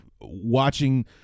watching